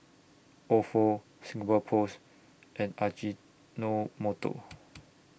Ofo Singapore Post and Ajinomoto